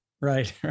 Right